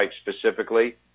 specifically